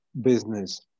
business